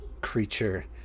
creature